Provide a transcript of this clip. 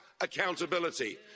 accountability